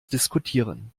diskutieren